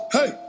Hey